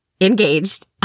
engaged